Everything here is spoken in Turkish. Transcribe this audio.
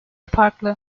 farklı